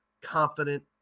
Confident